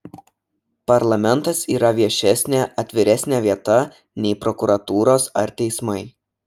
parlamentas yra viešesnė atviresnė vieta nei prokuratūros ar teismai